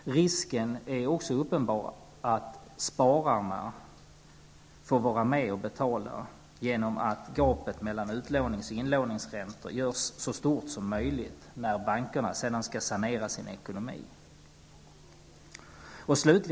Risken är också uppenbar att spararna får vara med och betala genom att gapet mellan utlånings och inlåningsräntor görs så stort som möjligt när bankerna sedan skall sanera sin ekonomi.